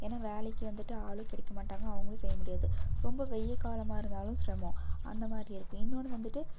ஏனால் வேலைக்கு வந்துட்டு ஆளு கிடைக்க மாட்டாங்க அவங்களும் செய்ய முடியாது ரொம்ப வெயில் காலமாக இருந்தாலும் சிரமோம் அந்த மாதிரி இருக்கும் இன்னொன்று வந்துட்டு